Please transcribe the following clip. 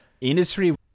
industry